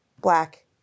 black